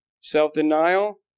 Self-denial